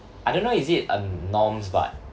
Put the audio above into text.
I don't know is it a norms but